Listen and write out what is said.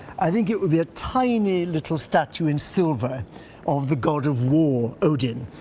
i think it would be a tiny little statue in silver of the god of war, odin.